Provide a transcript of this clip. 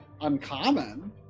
uncommon